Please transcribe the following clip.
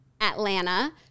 Atlanta